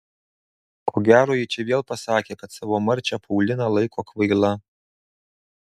ko gero ji čia vėl pasakė kad savo marčią pauliną laiko kvaila